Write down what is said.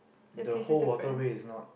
the whole waterway is not